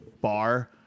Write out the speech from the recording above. bar